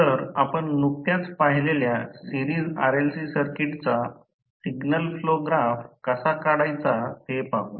तर आपण नुकत्याच पाहिलेल्या सिरीस RLC सर्किटचा सिग्नल फ्लो ग्राफ कसा काढायचा ते पाहू